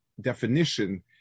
definition